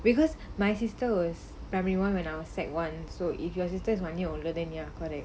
because my sister was primary one when I was set one so if your sister is one year older than ya correct